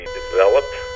developed